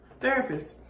therapist